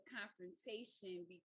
confrontation